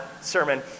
sermon